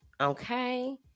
Okay